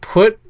Put